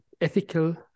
ethical